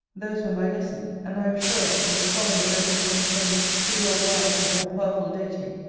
those were my lesson and, i am sure, in the solemn address they contain to the all-wise and all-powerful deity,